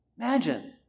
Imagine